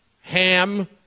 ham